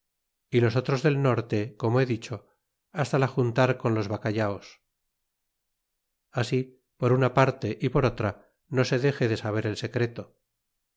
y los otros del norte como he dicho hasta la juntar con los bacallaos así por una parte y por otra no se dese de saber el secreto